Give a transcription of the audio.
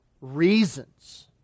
reasons